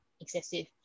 excessive